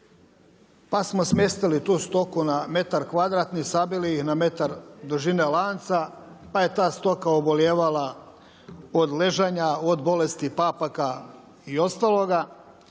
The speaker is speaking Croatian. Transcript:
pa smo smjestili tu stoku na metar kvadratni sabili ih na metar dužine lanca, pa je ta stoka obolijevala od ležanja, od bolesti papaka i ostaloga,